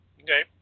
Okay